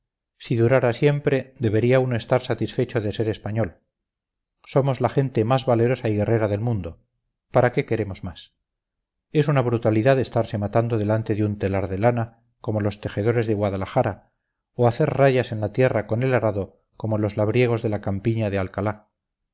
si durara siempre debería uno estar satisfecho de ser español somos la gente más valerosa y guerrera del mundo para qué queremos más es una brutalidad estarse matando delante de un telar de lana como los tejedores de guadalajara o hacer rayas en la tierra con el arado como los labriegos de la campiña de alcalá